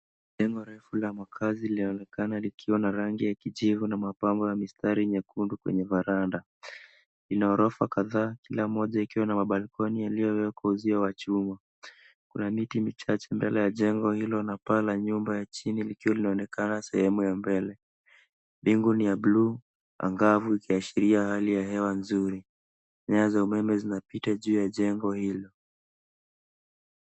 Jengo refu la makazi laoneka likiwa na rangi ya kijivu na mapambo ya mistari nyekundu iliyopita kwenye veranda. Ina maghorofa kadhaa kila mmoja ikiwa na ma balcony yaliyowekwa uzio wa chuma. Kuna miti michache mbele ya jengo hilo na paa ya nyumba ya chini likiwa linaonekana sehemu ya mbele. Mbingu ni ya blue angavu ikiashiria hewa nzuri. Nyaya za umeme zinapita ya jengo hilo.